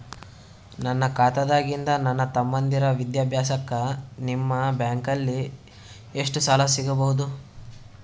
ನನ್ನ ಖಾತಾದಾಗಿಂದ ನನ್ನ ತಮ್ಮಂದಿರ ವಿದ್ಯಾಭ್ಯಾಸಕ್ಕ ನಿಮ್ಮ ಬ್ಯಾಂಕಲ್ಲಿ ತಿಂಗಳ ಎಷ್ಟು ಸಾಲ ಸಿಗಬಹುದು?